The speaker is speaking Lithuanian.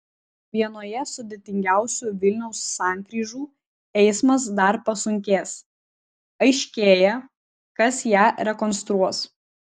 vienoje sudėtingiausių vilniaus sankryžų eismas dar pasunkės aiškėja kas ją rekonstruos